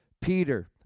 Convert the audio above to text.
Peter